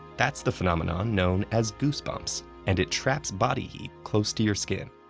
that's the phenomenon known as goosebumps and it traps body heat close to your skin.